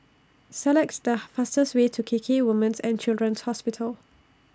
selects The fastest Way to K K Women's and Children's Hospital